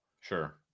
Sure